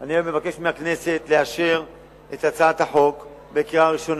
אני מבקש מהכנסת לאשר את הצעת החוק בקריאה ראשונה.